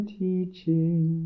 teaching